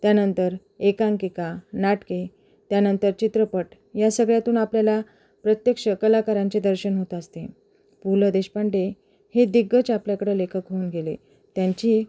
त्यानंतर एकांकिका नाटके त्यानंतर चित्रपट या सगळ्यातून आपल्याला प्रत्यक्ष कलाकारांचे दर्शन होत असते पु ल देशपांडे हे दिग्गज आपल्याकडं लेखक होऊन गेले त्यांची